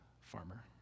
farmer